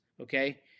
Okay